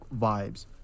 vibes